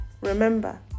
remember